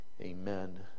Amen